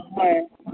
হয়